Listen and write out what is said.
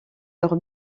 leurs